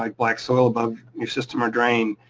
like black soil above your system or drain,